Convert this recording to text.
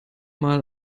mal